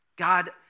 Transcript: God